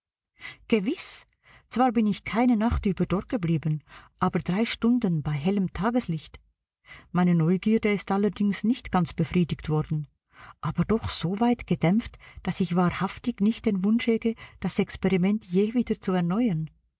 gewiß zwar bin ich keine nacht über dort geblieben aber drei stunden bei hellem tageslicht meine neugierde ist allerdings nicht ganz befriedigt worden aber doch so weit gedämpft daß ich wahrhaftig nicht den wunsch hege das experiment je wieder zu erneuern